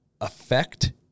affect